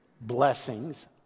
blessings